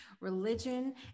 religion